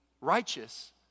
righteous